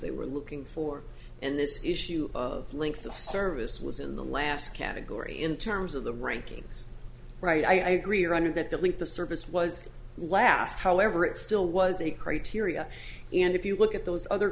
they were looking for and this issue of length of service was in the last category in terms of the rankings right i agree running that that with the service was last however it still was a criteria and if you look at those other